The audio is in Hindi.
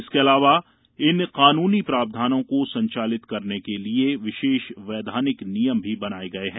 इसके अलावा इन कानूनी प्रावधानों को संचालित करने के लिए विशेष वैधानिक नियम भी बनाए गए हैं